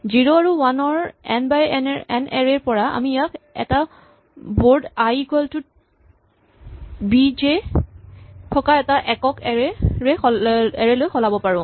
zero আৰু one ৰ n by n array ৰ পৰা আমি ইয়াক এটা board i equal to b j থকা এটা একক এৰে লৈ সলাব পাৰো